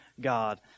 God